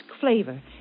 flavor